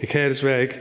Det kan jeg desværre ikke,